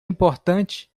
importante